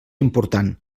important